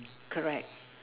correct